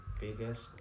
biggest